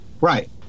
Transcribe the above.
Right